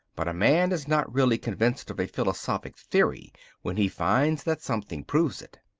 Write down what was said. but a man is not really convinced of a philosophic theory when he finds that something proves it.